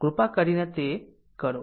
કૃપા કરીને તે કરો